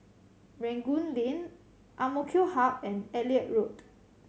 Rangoon Lane AMK Hub and Elliot Road